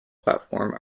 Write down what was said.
platform